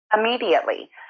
Immediately